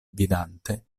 vidante